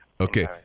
okay